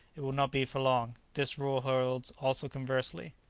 it will not be for long. this rule holds also conversely.